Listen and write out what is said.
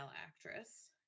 actress